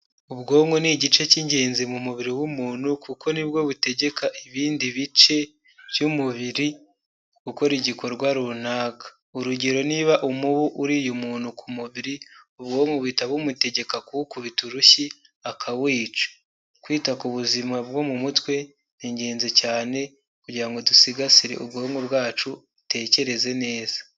Ubwonko ni igice cy'ingenzi mu mubiri w'umuntu kuko ni bwo butegeka ibindi bice by'umubiri gukora igikorwa runaka. Urugero niba umubu uriye umuntu ku mubiri ubwonko buhita bumutegeka kuwukubita urushyi akawica. Kwita ku buzima bwo mu mutwe ni ingenzi cyane kugira ngo dusigasire ubwonko bwacu butekereze neza.